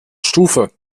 stufe